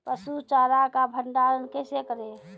पसु चारा का भंडारण कैसे करें?